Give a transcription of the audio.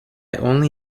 only